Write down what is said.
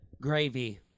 gravy